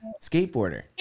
skateboarder